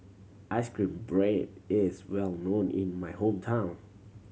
ice cream bread is well known in my hometown